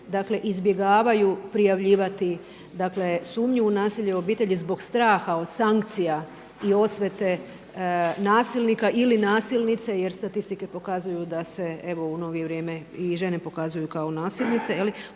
dakle izbjegavaju prijavljivati dakle sumnju u nasilje u obitelji zbog straha od sankcija i osvete nasilnika ili nasilnice jer statistike pokazuju da se evo u novije vrijeme i žene pokazuju kao nasilnice